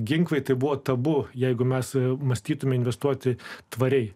ginklai tai buvo tabu jeigu mes mąstytumėme investuoti tvariai